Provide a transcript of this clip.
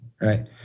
Right